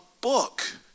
book